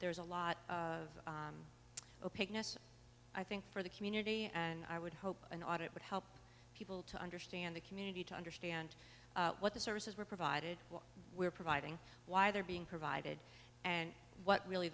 there's a lot of a picnic i think for the community and i would hope an audit would help people to understand the community to understand what the services were provided what we're providing why they're being provided and what really